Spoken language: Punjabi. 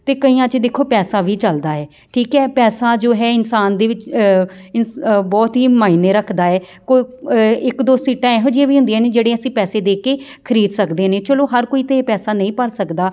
ਅਤੇ ਕਈਆਂ 'ਚ ਦੇਖੋ ਪੈਸਾ ਵੀ ਚੱਲਦਾ ਹੈ ਠੀਕ ਹੈ ਪੈਸਾ ਜੋ ਹੈ ਇਨਸਾਨ ਦੇ ਵਿੱਚ ਇਨ ਬਹੁਤ ਹੀ ਮਾਇਨੇ ਰੱਖਦਾ ਹੈ ਕੋਈ ਇੱਕ ਦੋ ਸੀਟਾਂ ਇਹੋ ਜਿਹੀਆਂ ਵੀ ਹੁੰਦੀਆਂ ਨੇ ਜਿਹੜੀਆਂ ਅਸੀਂ ਪੈਸੇ ਦੇ ਕੇ ਖ਼ਰੀਦ ਸਕਦੇ ਨੇ ਚਲੋ ਹਰ ਕੋਈ ਤਾਂ ਪੈਸਾ ਨਹੀਂ ਭਰ ਸਕਦਾ